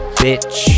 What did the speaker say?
bitch